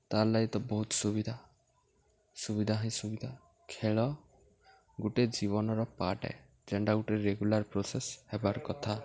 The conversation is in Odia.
ତାର୍ଲାଗି ତ ବହୁତ୍ ସୁବିଧା ସୁବିଧା ହିଁ ସୁବିଧା ଖେଳ ଗୁଟେ ଜୀବନ୍ର ପାର୍ଟ୍ ଏ ଯେନ୍ଟା ଗୁଟେ ରେଗୁଲାର୍ ପ୍ରସେସ୍ ହେବାର୍ କଥା